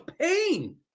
pain